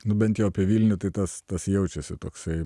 nu bent jau apie vilnių tai tas tas jaučiuosi toksai